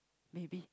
maybe